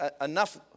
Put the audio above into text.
enough